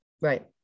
Right